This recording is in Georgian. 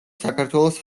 საქართველოს